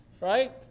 right